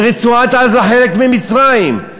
ורצועת-עזה, חלק ממצרים.